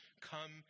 come